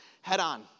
head-on